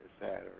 Saturday